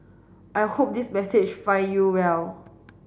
I hope this message find you well